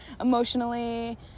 emotionally